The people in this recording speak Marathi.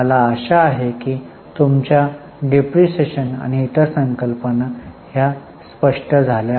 मला आशा आहे तुमच्या डिप्रीशीएशन आणि इतर संकल्पना ह्या स्पष्ट झाल्या आहेत